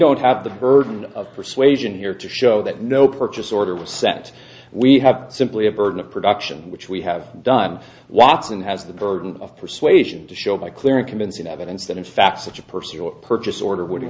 have the burden of persuasion here to show that no purchase order was sent we have simply a burden of production which we have done watson has the burden of persuasion to show by clear and convincing evidence that in fact such a person purchase order would